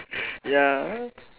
ya